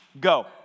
go